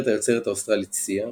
הזמרת היוצרת האוסטרלית סיה,